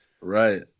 Right